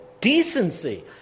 decency